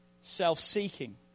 self-seeking